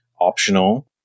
optional